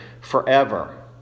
forever